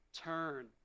turn